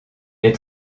les